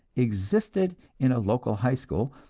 existed in a local high school,